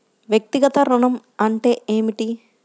వ్యక్తిగత ఋణం అంటే ఏమిటి?